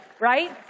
right